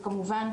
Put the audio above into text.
וכמובן,